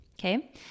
Okay